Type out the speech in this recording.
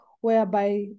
whereby